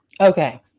Okay